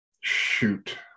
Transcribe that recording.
Shoot